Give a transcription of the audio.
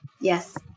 Yes